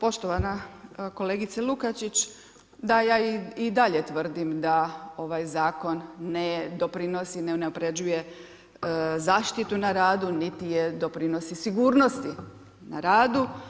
Poštovana kolegice Lukačić, da ja i dalje tvrdim da ovaj zakon ne doprinosi, ne unapređuje zaštitu na radu niti doprinosi sigurnosti na radu.